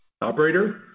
Operator